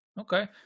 Okay